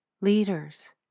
leaders